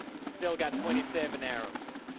still got twenty seven arrows.